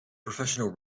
professional